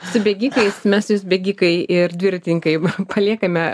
su bėgikais mes jus bėgikai ir dviratinkai paliekame